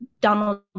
Donald